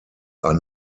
are